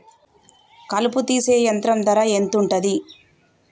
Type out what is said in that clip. కలుపు తీసే యంత్రం ధర ఎంతుటది?